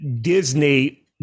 Disney